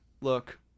look